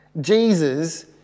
Jesus